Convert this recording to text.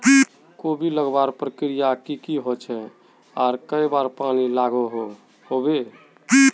कोबी लगवार प्रक्रिया की की होचे आर कई बार पानी लागोहो होबे?